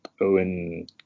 Owen